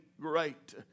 great